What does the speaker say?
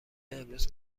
امروز